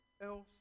else